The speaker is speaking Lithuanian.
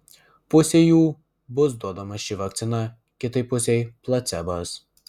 pusei jų bus duodama ši vakcina kitai pusei placebas